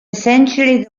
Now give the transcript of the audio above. essentially